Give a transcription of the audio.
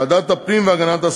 בעד, 47, נגד,